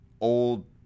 old